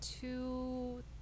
two